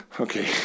Okay